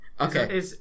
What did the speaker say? Okay